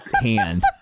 hand